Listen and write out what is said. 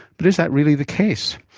but is that really the case?